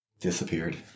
Disappeared